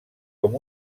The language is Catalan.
com